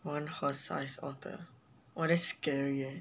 one horse sized otter oh that's scary leh